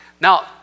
Now